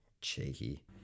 Cheeky